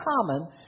common